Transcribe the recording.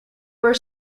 were